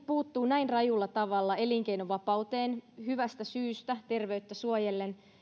puuttuu näin rajulla tavalla elinkeinovapauteen hyvästä syystä terveyttä suojellen